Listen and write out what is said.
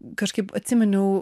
kažkaip atsiminiau